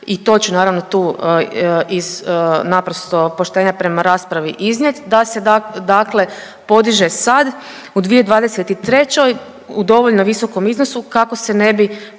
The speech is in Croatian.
i to ću naravno tu iz naprosto poštenja prema raspravi iznijet da se dakle podiže sad u 2023. u dovoljno visokom iznosu kako se ne bi